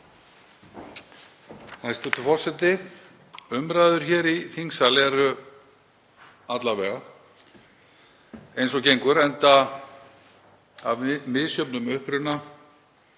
Hæstv. forseti. Umræður hér í þingsal eru alla vega, eins og gengur, enda af misjöfnum uppruna,